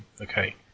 okay